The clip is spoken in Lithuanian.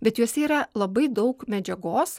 bet juose yra labai daug medžiagos